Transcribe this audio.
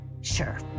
Sure